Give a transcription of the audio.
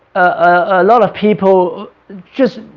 a lot of people just,